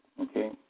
okay